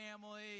family